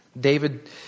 David